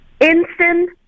Instant